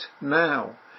now